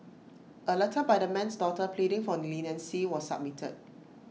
A letter by the man's daughter pleading for leniency was submitted